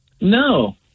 No